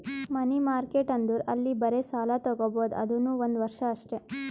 ಮನಿ market ಅಂದುರ್ ಅಲ್ಲಿ ಬರೇ ಸಾಲ ತಾಗೊಬೋದ್ ಅದುನೂ ಒಂದ್ ವರ್ಷ ಅಷ್ಟೇ